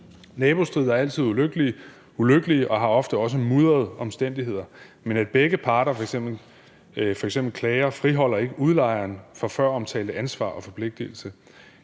Nabostridigheder er altid ulykkelige og har ofte også mudrede omstændigheder, men at begge parter f.eks. klager, friholder ikke udlejeren for føromtalte ansvar og forpligtigelse.